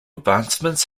advancements